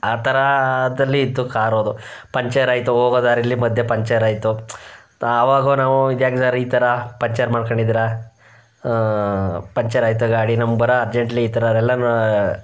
ಆ ಥರ ಅದರಲ್ಲಿ ಇತ್ತು ಕಾರ್ ಅದು ಪಂಚರಾಯಿತು ಹೋಗೋ ದಾರಿಲಿ ಮಧ್ಯೆ ಪಂಚರಾಯಿತು ಅವಾಗೂ ನಾವು ಇದು ಹೆಂಗ್ ಸರ್ ಈ ಥರ ಪಂಚರ್ ಮಾಡ್ಕೊಂಡಿದ್ದೀರ ಪಂಚರಾಯಿತು ಗಾಡಿ ನಮ್ಮ ಬರೋ ಅರ್ಜೆಂಟಲ್ಲಿ ಈ ಥರ ಎಲ್ಲನ